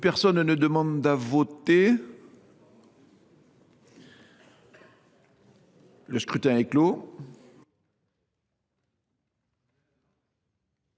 Personne ne demande plus à voter ?… Le scrutin est clos.